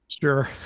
Sure